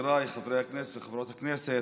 חבריי חברי הכנסת וחברות הכנסת,